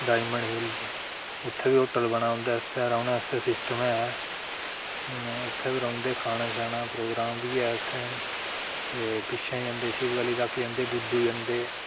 diamond hills उत्थै बी hotel बने दा उं'दे आस्तै रौह्ने आस्तै सिस्टम ऐ उत्थें बी रौहंदे खाने शाने दा प्रोग्राम बी ऐ उत्थै पिच्छें जंदे शिव गली तक्क जंदे डुड्डू जंदे